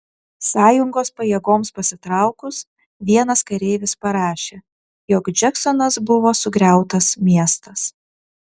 sąjungos pajėgoms pasitraukus vienas kareivis parašė jog džeksonas buvo sugriautas miestas